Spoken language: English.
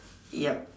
yup